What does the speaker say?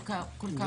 כל כמה זמן?